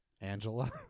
Angela